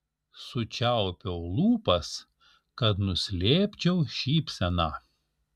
sučiaupiau lūpas kad nuslėpčiau šypseną